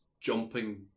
jumping